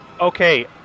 okay